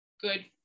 good